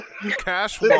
Cash